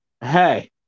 Hey